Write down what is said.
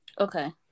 okay